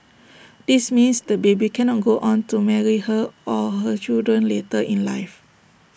this means the baby cannot go on to marry her or her children later in life